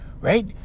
Right